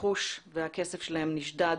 רכוש והכסף שלהם נשדד.